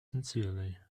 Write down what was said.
sincerely